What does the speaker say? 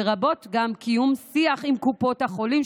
לרבות קיום שיח עם קופות החולים,